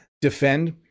Defend